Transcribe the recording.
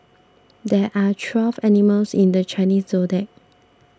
there are twelve animals in the Chinese zodiac